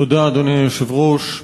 אדוני היושב-ראש,